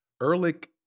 Ehrlich